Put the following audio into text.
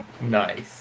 Nice